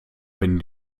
wenn